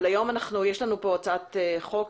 אבל היום יש לנו פה הצעת חוק,